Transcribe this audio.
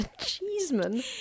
cheeseman